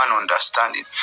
understanding